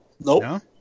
Nope